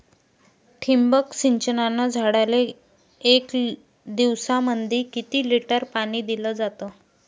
ठिबक सिंचनानं झाडाले एक दिवसामंदी किती लिटर पाणी दिलं जातं?